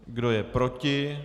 Kdo je proti?